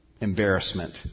embarrassment